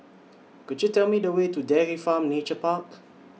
Could YOU Tell Me The Way to Dairy Farm Nature Park